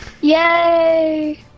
Yay